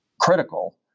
critical